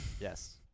Yes